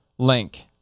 link